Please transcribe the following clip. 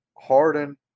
Harden